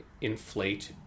inflate